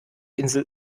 insel